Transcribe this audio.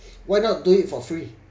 why not do it for free